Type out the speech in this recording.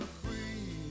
free